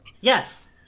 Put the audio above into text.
Yes